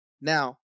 Now